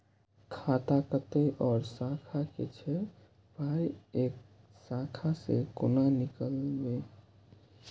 खाता कतौ और शाखा के छै पाय ऐ शाखा से कोना नीकालबै?